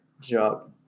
job